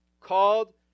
called